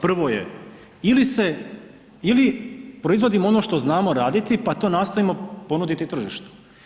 Prvo je ili se, ili proizvodimo ono što znamo raditi pa to nastojimo ponuditi tržištu.